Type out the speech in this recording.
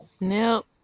Nope